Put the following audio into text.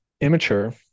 immature